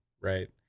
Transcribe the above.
right